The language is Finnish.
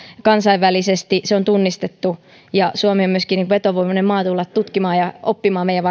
kansainvälisesti se on tunnistettu ja suomi on myöskin vetovoimainen maa tulla tutkimaan ja oppimaan meidän